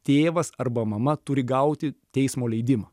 tėvas arba mama turi gauti teismo leidimą